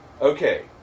Okay